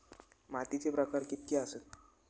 मातीचे प्रकार कितके आसत?